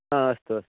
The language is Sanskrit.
हा अस्तु अस्तु